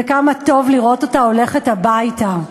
וכמה טוב לראות אותה הולכת הביתה.